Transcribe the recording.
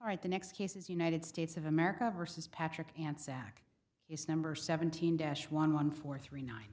right the next case is united states of america versus patrick answer back is number seventeen dash one one four three nine